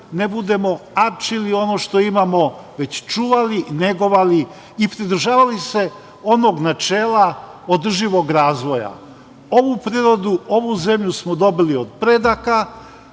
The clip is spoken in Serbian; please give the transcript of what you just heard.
ne budemo arčili ono što imamo, već čuvali, negovali i pridržavali se onog načela održivog razvoja. Ovu prirodu, ovu zemlju smo dobili od predaka,